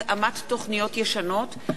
התאמת תוכניות ישנות),